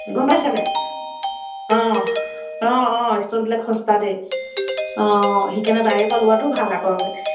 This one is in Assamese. গম পাইছানে অঁ অঁ অঁ ষ্টলবিলাক সস্তা দেই অঁ সেইকাৰণে তাৰে পৰা লোৱাটোো ভাল আকৌ